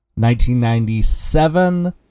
1997